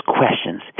questions